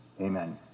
amen